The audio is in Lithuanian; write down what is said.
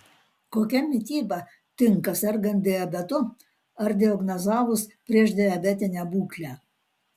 kokia mityba tinka sergant diabetu ar diagnozavus priešdiabetinę būklę